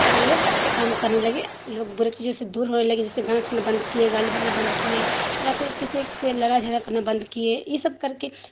لوگ اچھے کام کرنے لگے لوگ بری چیزوں سے دور ہونے لگے جیسے گانا سننا بند کیے گالی بکنا بند کیے یا پھر کسی سے لڑائی جھگڑا کرنے بند کیے یہ سب کر کے